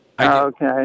Okay